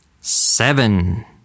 seven